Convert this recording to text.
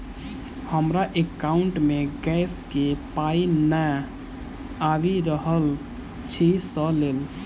हमरा एकाउंट मे गैस केँ पाई नै आबि रहल छी सँ लेल?